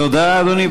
תודה, אדוני.